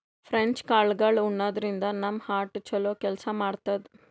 French ಕಾಳ್ಗಳ್ ಉಣಾದ್ರಿನ್ದ ನಮ್ ಹಾರ್ಟ್ ಛಲೋ ಕೆಲ್ಸ್ ಮಾಡ್ತದ್